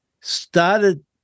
started